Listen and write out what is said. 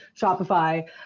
Shopify